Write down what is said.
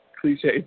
cliche